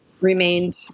remained